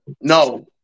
no